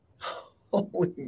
Holy